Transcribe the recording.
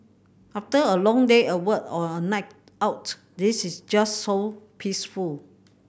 after a long day at work or a night out this is just so peaceful